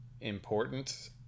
important